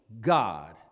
God